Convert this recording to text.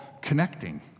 connecting